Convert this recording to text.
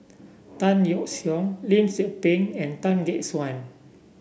Tan Yeok Seong Lim Tze Peng and Tan Gek Suan